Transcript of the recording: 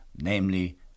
namely